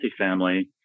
multifamily